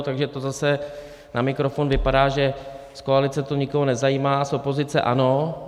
Takže to zase na mikrofon vypadá, že z koalice to nikoho nezajímá a z opozice ano.